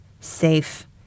safe